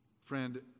Friend